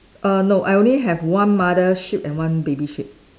err no I only have one mother sheep and one baby sheep